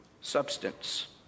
substance